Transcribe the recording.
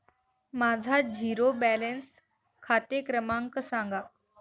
माझा zero balance खाते क्रमांक सांगा